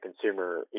consumer